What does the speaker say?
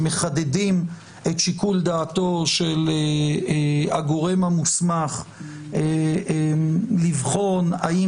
שמחדדים את שיקול דעתו של הגורם המוסמך לבחון האם